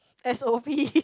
s_o_p